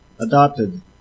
adopted